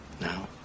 Now